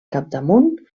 capdamunt